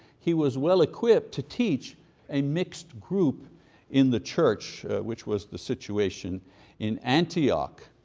he was well equipped to teach a mixed group in the church, which was the situation in antioch.